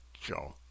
Joe